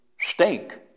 stink